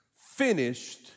finished